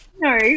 No